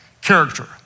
character